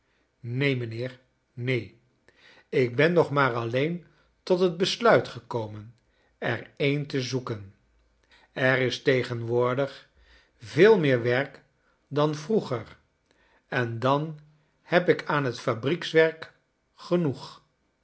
neen mijnheer neen ik ben nog maar alleen tot het besluit gekomen er een te zoeken er is tsgenwoordig veel meer werk dan vroeger en dan heb ik aan het fabriekswerk genoeg